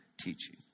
teaching